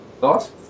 Thoughts